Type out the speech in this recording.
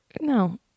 no